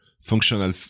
functional